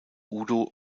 udo